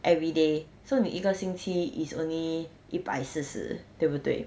everyday so 你一个星期 is only 一百四十对不对